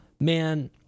man